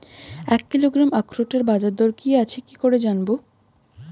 এক কিলোগ্রাম আখরোটের বাজারদর কি আছে কি করে জানবো?